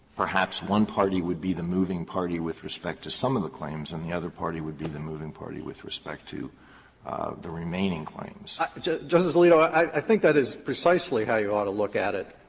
perhaps one party would be the moving party with respect to some of the claims and the other party would be the moving party with respect to the remaining claims. like phillips yeah justice alito, i think that is precisely how you ought to look at it,